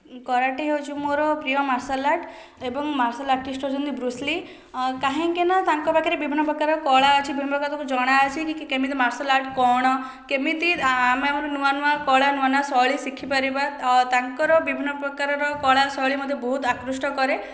karate ହେଉଛି ମୋର ପ୍ରିୟ ମାର୍ଶାଲ ଆର୍ଟ ଏବଂ ମାର୍ଶାଲ ଆର୍ଟିଷ୍ଟ୍ ହେଉଛନ୍ତି ବୃସ୍ଲି କାହିଁକି ନା ତାଙ୍କ ପାଖରେ ବିଭିନ୍ନ ପ୍ରକାର କଳା ଅଛି ବିଭିନ୍ନ ପ୍ରକାର ଜଣାଅଛି କେମିତି କି ମାର୍ଶାଲ ଆର୍ଟ କ'ଣ କେମିତି ଆମେ ନୂଆ ନୂଆ କଳା ନୂଆ ନୂଆ ଶୈଳୀ ଶିଖିପାରିବା ତାଙ୍କର ବିଭିନ୍ନ ପ୍ରକାର କଳା ମୋତେ ବହୁତ ଆକୃଷ୍ଟ କରେ